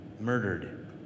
murdered